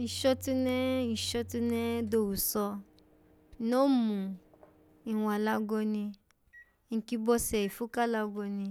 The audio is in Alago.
Nshotunehe, nshotunehe do owuso no mun nwwa alago ni nkyi bose ifu ka alago ni